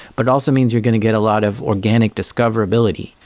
but it also means you're going to get a lot of organic discoverability.